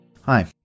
Hi